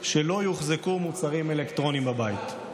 שלא יוחזקו מוצרים אלקטרוניים בבית.